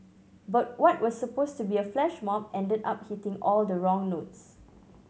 but what was supposed to be a flash mob ended up hitting all the wrong notes